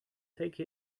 take